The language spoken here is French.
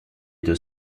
deux